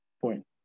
point